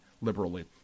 liberally